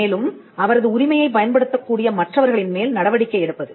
மேலும் அவரது உரிமையைப் பயன்படுத்தக்கூடிய மற்றவர்களின் மேல் நடவடிக்கை எடுப்பது